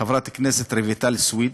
חברת הכנסת רויטל סויד,